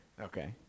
Okay